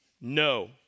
No